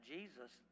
Jesus